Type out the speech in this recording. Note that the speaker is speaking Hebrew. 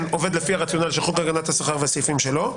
עובד לפי הרציונל של חוק הגנת השכר והסעיפים שלו,